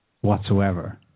whatsoever